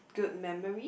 good memory